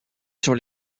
sur